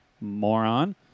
moron